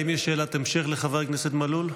האם יש שאלת המשך לחבר הכנסת מלול?